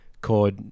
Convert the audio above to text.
called